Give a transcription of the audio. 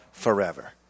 forever